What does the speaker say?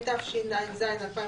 התשע"ז 2017,